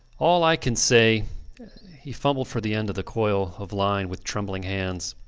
all i can say he fumbled for the end of the coil of line with trembling hands.